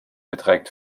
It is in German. beträgt